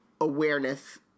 awareness